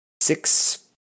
six